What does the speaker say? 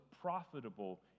profitable